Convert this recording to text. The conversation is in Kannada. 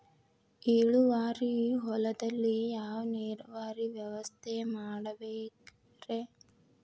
ಇಳುವಾರಿ ಹೊಲದಲ್ಲಿ ಯಾವ ನೇರಾವರಿ ವ್ಯವಸ್ಥೆ ಮಾಡಬೇಕ್ ರೇ?